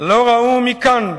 לא ראו מכאן,